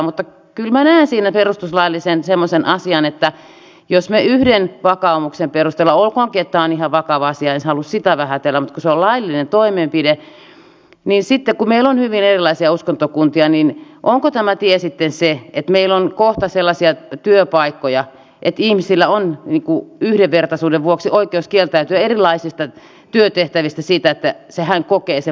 mutta kyllä minä näen siinä semmoisen perustuslaillisen asian että jos me päätämme yhden vakaumuksen perusteella olkoonkin että tämä on ihan vakava asia en halua sitä vähätellä mutta kun se on laillinen toimenpide niin sitten kun meillä on hyvin erilaisia uskontokuntia niin onko tämä tie sitten se että meillä on kohta sellaisia työpaikkoja että ihmisillä on yhdenvertaisuuden vuoksi oikeus kieltäytyä erilaisista työtehtävistä jos hän kokee sen vakaumuksensa vastaiseksi